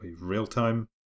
real-time